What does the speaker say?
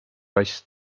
kass